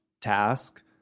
task